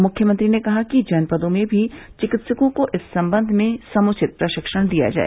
मुख्यमंत्री ने कहा कि जनपदों में भी चिकित्सकों को इस सम्बन्ध में समुचित प्रशिक्षण दिया जाए